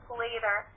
later